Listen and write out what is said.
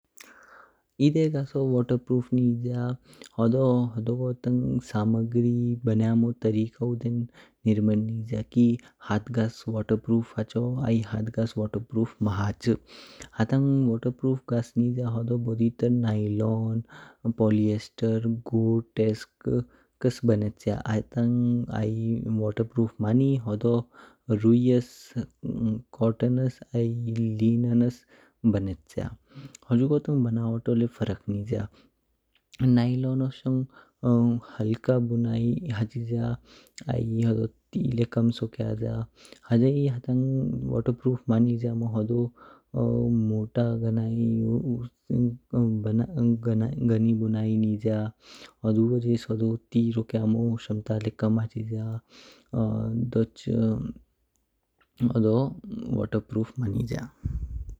ई देह गैसू वाटरप्रूफ निज्या होदो होदोगो तंग सामग्री, बण्यामो तारेका ऊ देन निर्भर निज्या की हाट गस्स वाटरप्रूफ हाचो आई हाट गस्स वाटरप्रूफ मा हाच। हाटांग वाटरप्रूफ गस्स निज्या होदो बोदि तर नायलोन, पोलियेस्तर, गोरटेक्स बनेच्य। हाटांग आई वाटरप्रूफ मनी डोदो रूइइस, कॉटन्स आई लिननस बनेच्य। होजोगो तंग बनावतो लय्य फहरक निज्या। नायलोन्नो शोंग ह्लंका बुनाी हाचिज्या, आई ती लय्य कम सोख्याज्या। हजेही हाटांग वाटरप्रूफ मनीज्या मम् होदो मोटा घ्नई। घनी बनायी निज्या होदो वोहजेस होदू ती रोक्यामो शम्ता ल्य कम हाचिज्या, दोच होदो वाटरप्रूफ मन्निज्या।